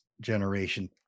generation